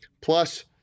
plus